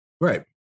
Right